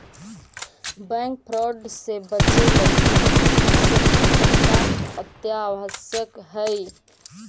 bank fraud से बचे लगी सतर्कता अत्यावश्यक हइ